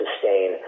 sustain